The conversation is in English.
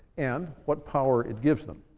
and what power it gives them.